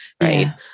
right